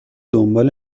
دنبال